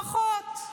פחות,